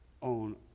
On